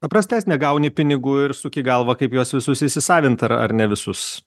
paprastesnė gauni pinigų ir suki galvą kaip juos visus įsisavint ar ar ne visus